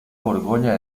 borgoña